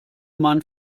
mann